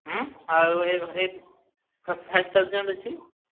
ହୁଁ ଆଉ ଏଇ ଏଇ ଫାଇଭ୍ ଥାଉଜେଣ୍ଡ୍ ଅଛି